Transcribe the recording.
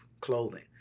clothing